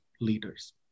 leaders